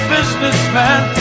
Businessman